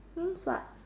queen sub